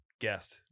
guest